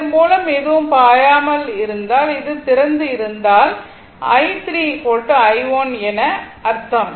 இதன் மூலம் எதுவும் பாயாமல் இது திறந்து இருந்தால் i3 i1 என அர்த்தம்